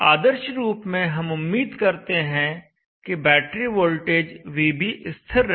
आदर्श रूप में हम उम्मीद करते हैं कि बैटरी वोल्टेज vb स्थिर रहे